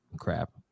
crap